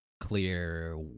clear